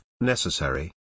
necessary